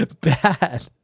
bad